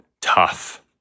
tough